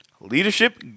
leadership